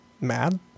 mad